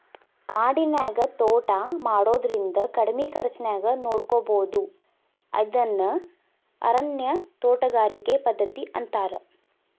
ಕಾಡಿನ್ಯಾಗ ತೋಟಾ ಮಾಡೋದ್ರಿಂದ ಕಡಿಮಿ ಖರ್ಚಾನ್ಯಾಗ ನೋಡ್ಕೋಬೋದು ಇದನ್ನ ಅರಣ್ಯ ತೋಟಗಾರಿಕೆ ಪದ್ಧತಿ ಅಂತಾರ